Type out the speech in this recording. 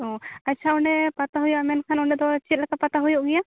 ᱚᱸᱻ ᱟᱪᱪᱷᱟ ᱚᱱᱰᱮ ᱯᱟᱛᱟ ᱦᱩᱭᱩᱜᱼᱟ ᱢᱮᱱᱠᱷᱟᱱ ᱚᱸᱰᱮ ᱫᱚ ᱪᱮᱫ ᱞᱮᱠᱟ ᱯᱟᱛᱟ ᱦᱩᱭᱩ ᱜᱮᱭᱟ